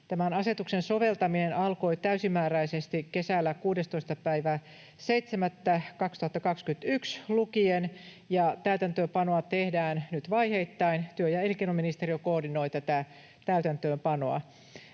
Tämän asetuksen soveltaminen alkoi täysimääräisesti kesällä 16.7.2021 lukien, ja täytäntöönpanoa tehdään nyt vaiheittain. Työ- ja elinkeinoministeriö koordinoi tätä täytäntöönpanoa.